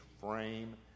frame